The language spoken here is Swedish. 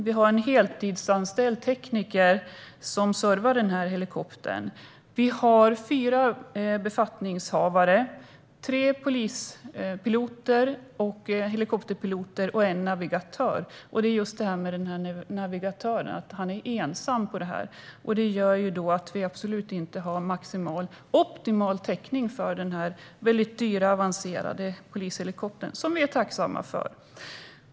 Det finns en heltidsanställd tekniker som servar helikoptern. Det finns fyra befattningshavare, tre polispiloter - helikopterpiloter - och en navigatör. Det är just att navigatören är ensam som gör att det inte finns maximal och optimal täckning för den dyra och avancerade polishelikoptern, som vi är tacksamma för.